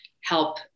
help